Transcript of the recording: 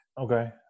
Okay